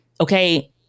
Okay